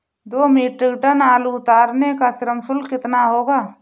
दो metric ton आलू उतारने का श्रम शुल्क कितना होगा?